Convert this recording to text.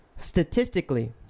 statistically